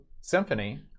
symphony